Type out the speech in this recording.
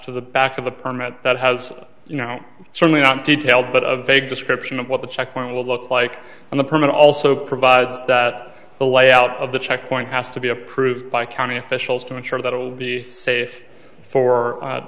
to the back of the permit that has you know certainly not detailed but of vague description of what the checkpoint will look like and the permit also provides that the way out of the checkpoint has to be approved by county officials to make sure that it will be safe for